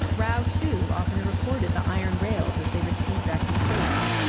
rao too often recorded the iron rails as they recede back in space.